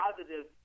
positive